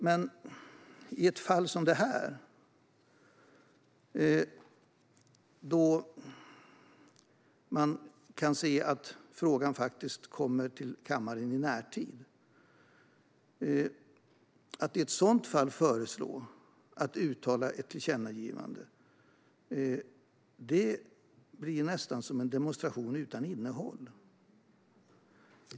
Men att i ett fall som det här, då man kan se att frågan faktiskt kommer till kammaren i närtid, föreslå att uttala ett tillkännagivande blir nästan som en demonstration utan innehåll.